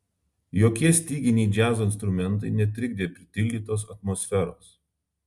jokie styginiai džiazo instrumentai netrikdė pritildytos atmosferos